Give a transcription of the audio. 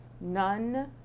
none